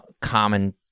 common